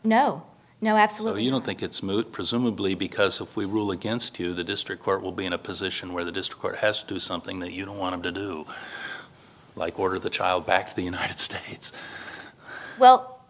no no absolutely you don't think it's moot presumably because if we rule against two the district court will be in a position where the district has to do something that you don't want to do like order the child back to the united states well